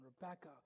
Rebecca